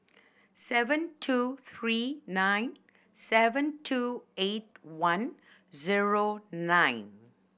seven two three nine seven two eight one zero nine